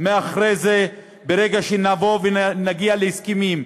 מאחורי זה ברגע שנבוא ונגיע להסכמים.